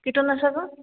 କୀଟନାଶକ